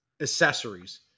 accessories